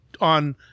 on